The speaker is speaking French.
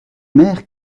maire